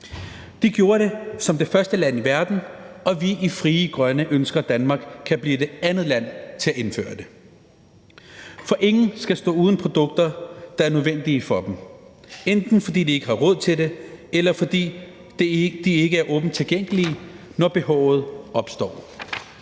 De gjorde det som det første land i verden, og vi i Frie Grønne ønsker, at Danmark kan blive det andet land til at indføre det. Ingen skal stå uden produkter, der er nødvendige for dem, enten fordi de ikke har råd til det, eller fordi produkterne ikke er åbent tilgængelige, når behovet opstår.